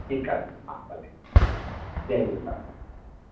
ठीकु आहे हा भले जय झूलेलाल